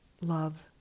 love